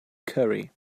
curry